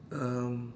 um